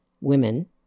women